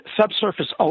subsurface